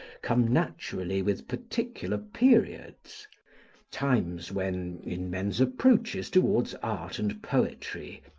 come naturally with particular periods times, when, in men's approaches towards art and poetry,